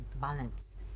balance